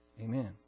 Amen